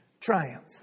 triumph